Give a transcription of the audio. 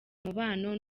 umubano